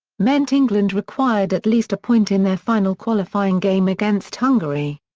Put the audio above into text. meant england required at least a point in their final qualifying game against hungary.